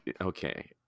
okay